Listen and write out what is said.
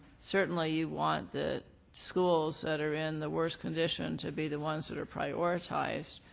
certianly you want the schools that are in the worst condition to be the ones that are prioritized.